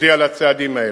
תודיע על הצעדים האלה.